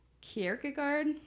Kierkegaard